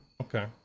Okay